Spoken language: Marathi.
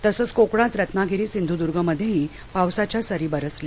तसच कोकणात रत्नागिरी सिंधुदुर्ग मध्येही पावसाच्या सरी बरसल्या